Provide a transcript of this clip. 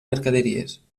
mercaderies